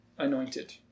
Anointed